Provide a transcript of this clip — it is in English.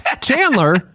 Chandler